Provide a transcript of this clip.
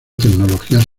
tecnologías